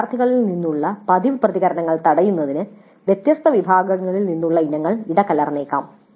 വിദ്യാർത്ഥികളിൽ നിന്നുള്ള പതിവ് പ്രതികരണങ്ങൾ തടയുന്നതിന് വ്യത്യസ്ത വിഭാഗങ്ങളിൽ നിന്നുള്ള ഇനങ്ങൾ ഇടകലർന്നേക്കാം